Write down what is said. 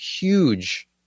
huge